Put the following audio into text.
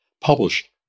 published